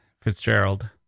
Fitzgerald